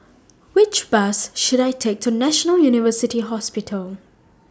Which Bus should I Take to National University Hospital